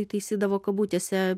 įtaisydavo kabutėse